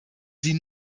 sie